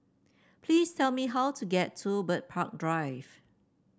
please tell me how to get to Bird Park Drive